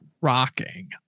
rocking